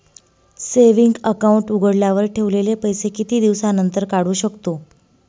Saving account उघडल्यावर ठेवलेले पैसे किती दिवसानंतर काढू शकतो?